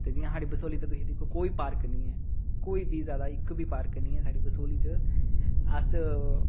ते जियां साढ़ी बसोली तुही दिक्खो कोई पार्क नेईं ऐ कोई बी ज्याद इक बी पार्क नेईं ऐ साढ़ी बसोली च अस